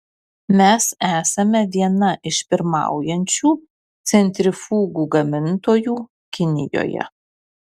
mes esame viena iš pirmaujančių centrifugų gamintojų kinijoje